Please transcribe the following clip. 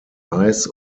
weiß